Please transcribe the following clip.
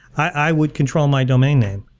i would control my domain name.